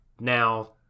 now